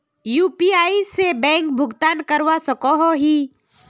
UPI से bank भुगतान करवा सकोहो ही?